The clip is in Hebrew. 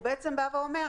הוא אומר,